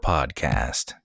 Podcast